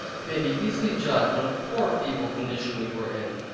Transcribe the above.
it may be easily judged what a poor feeble condition we were in,